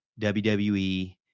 WWE